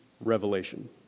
revelation